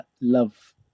love